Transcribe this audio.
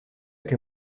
que